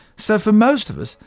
so, for most of us,